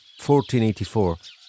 1484